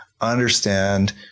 understand